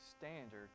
standard